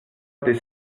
des